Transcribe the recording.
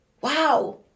Wow